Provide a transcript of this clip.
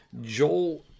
Joel